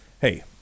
hey